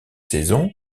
saison